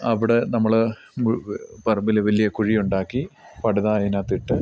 അവിടെ നമ്മൾ പറമ്പിൽ വലിയ കുഴിയുണ്ടാക്കി പടുത അതിനകത്തിട്ട്